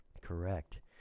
Correct